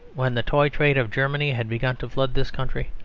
when the toy-trade of germany had begun to flood this country,